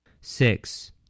Six